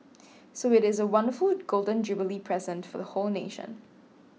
so it is a wonderful Golden Jubilee present for the whole nation